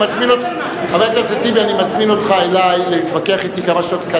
אני מזמין אותך אלי להתווכח אתי כמה שעות.